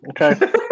okay